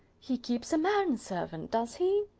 he keeps a man-servant, does he?